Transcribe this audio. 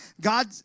God